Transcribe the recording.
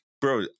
bro